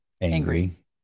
Angry